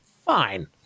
fine